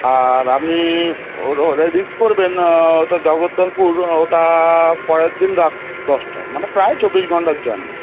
আর আপনি ওর ওর রিচ করবেন ওটা জগদ্দলপুর ও ওটা পরের দিন রাত দশটা মানে প্রায় চব্বিশ ঘন্টার জার্নি